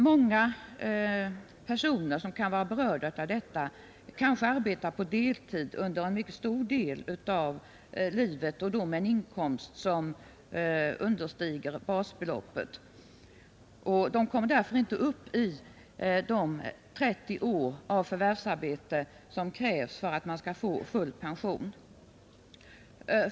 Många personer som kan vara berörda av detta kanske arbetar på deltid under en mycket stor del av livet med en inkomst som understiger basbeloppet. De kommer därför inte upp i de 30 år av förvärvsarbete som krävs för att man skall få full pension.